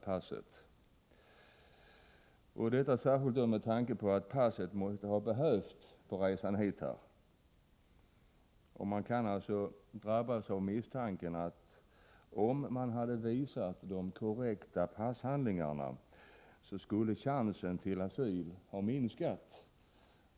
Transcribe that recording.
Passet måste de ha behövt på resan hit, och man kan alltså drabbas av misstanken att chansen till asyl skulle ha minskat, om de hade visat upp de korrekta passhandlingarna.